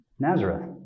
Nazareth